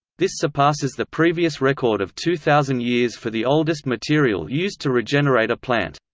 this surpasses the previous record of two thousand years for the oldest material used to regenerate a plant.